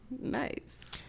nice